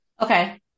Okay